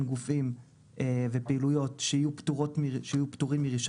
גופים ופעילויות שיהיו פטורים מרישיון.